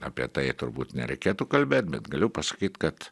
apie tai turbūt nereikėtų kalbėt bet galiu pasakyt kad